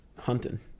Hunting